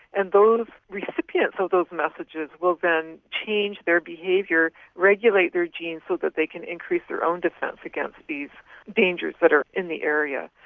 and those recipients of so those messages will then change their behaviour, regulate their genes so that they can increase their own defence against these dangers that are in the area.